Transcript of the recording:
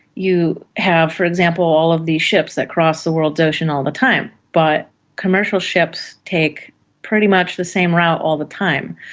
you have, for example, all of these ships that cross the world's ocean all the time, but commercial ships take pretty much the same route all the time.